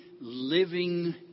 living